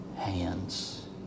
Hands